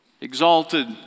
exalted